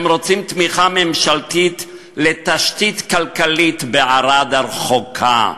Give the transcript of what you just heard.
הם רוצים תמיכה ממשלתית לתשתית כלכלית בערד הרחוקה,